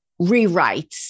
rewrites